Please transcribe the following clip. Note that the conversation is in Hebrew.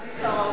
אדוני שר האוצר.